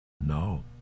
No